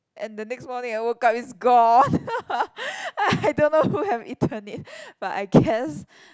and the next morning I woke up it's gone I don't know who have eaten it but I guess